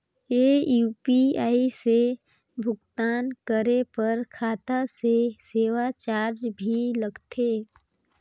ये यू.पी.आई से भुगतान करे पर खाता से सेवा चार्ज भी लगथे?